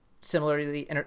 similarly